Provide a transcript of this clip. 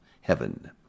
heaven